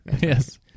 Yes